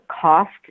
cost